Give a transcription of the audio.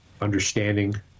Understanding